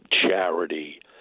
charity